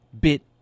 bit